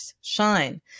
shine